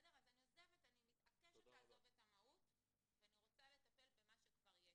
אז אני מתעקשת לעזוב את המהות ואני רוצה לטפל במה שכבר יש.